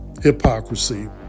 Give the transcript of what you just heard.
hypocrisy